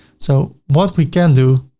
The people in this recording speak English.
so what we can do,